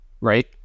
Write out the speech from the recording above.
right